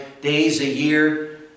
days-a-year